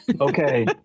Okay